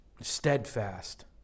steadfast